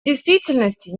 действительности